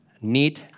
need